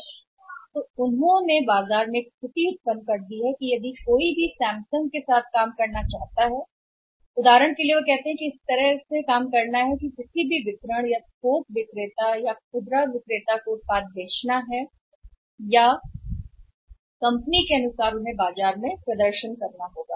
तो इसका मतलब है कि उन्होंने बनाया है बाजार में ऐसी स्थिति जो कोई भी सैमसंग के साथ काम करना चाहता है उदाहरण के लिए वे कहते हैं इस तरह से काम करना है कि किसी भी वितरक या थोक विक्रेता या खुदरा विक्रेता को उत्पाद बेचना है या है कंपनी के दर्शन के अनुसार बाजार में प्रदर्शन करने के लिए